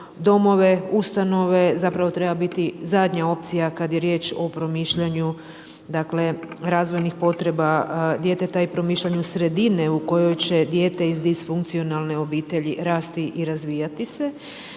domove, ustanove zapravo treba biti zadnja opcija kad je riječ o promišljanju razvojnih potreba djeteta i promišljanju sredine u kojoj će dijete iz disfunkcionalne obitelji rasti i razvijati se.